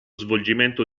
svolgimento